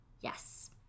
yes